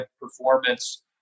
performance